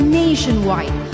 nationwide